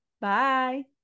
Bye